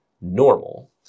normal